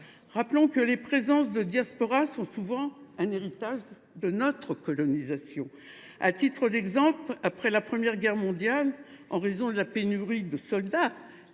Rappelons que la présence de diasporas est souvent un héritage de notre colonisation. À titre d’exemple, après la Première Guerre mondiale, en raison de la pénurie de soldats